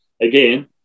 again